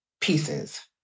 pieces